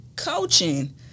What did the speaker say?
coaching